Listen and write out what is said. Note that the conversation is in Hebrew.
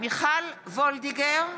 מיכל וולדיגר,